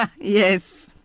Yes